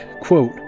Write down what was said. quote